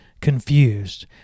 confused